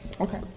Okay